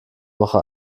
woche